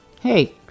hey